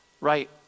right